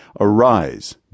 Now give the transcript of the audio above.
Arise